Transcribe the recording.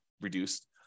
reduced